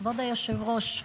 כבוד היושב-ראש,